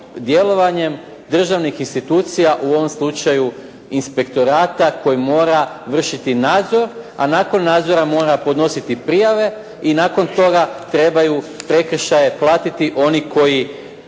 djelovanjem državnih institucija u ovom slučaju inspektorata koji mora vršiti nadzor, a nakon nadzora mora podnositi prijave i nakon toga trebaju prekršaje platiti oni koji